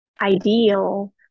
ideal